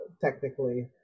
technically